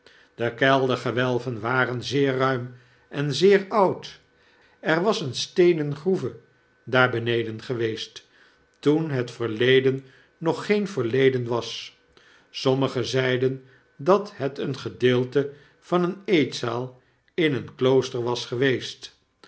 de keldergewelven waren zeer ruim en zeer oud er was eene steenen groeve daar beneden geweest toen het verleden nog geen verleden was sommigen zeiden dat het een gedeelte van eene eetzaal in een klooster was geweest